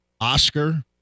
Oscar